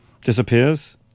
disappears